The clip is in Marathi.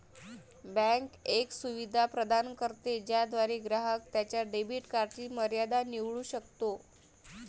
बँक एक सुविधा प्रदान करते ज्याद्वारे ग्राहक त्याच्या डेबिट कार्डची मर्यादा निवडू शकतो